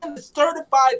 Certified